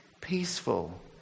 peaceful